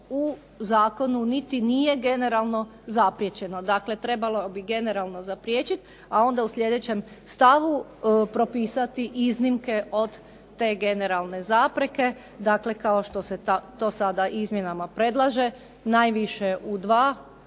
u zakonu niti nije generalno zapriječeno. Dakle, trebalo bi generalno zapriječiti, a onda u sljedećem stavu propisati iznimke od te generalne zapreke. Dakle, kao što se to sada izmjenama predlaže, najviše u dva